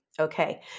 Okay